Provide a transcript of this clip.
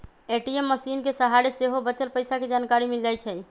ATM मशीनके सहारे सेहो बच्चल पइसा के जानकारी मिल जाइ छइ